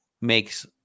makes